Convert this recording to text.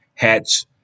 hats